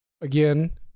again